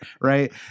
right